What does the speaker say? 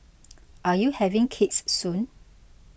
are you having kids soon